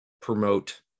promote